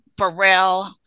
Pharrell